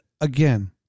again